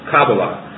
Kabbalah